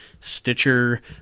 Stitcher